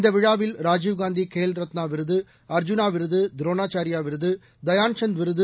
இந்த விழாவில் ராஜீவ்காந்தி கேல் ரத்னா விருது அர்ஜூனா விருது துரோணாச்சாரியா விருது தயான்சந்த் விருது